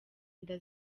inda